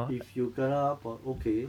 if you kena pos~ okay